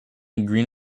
green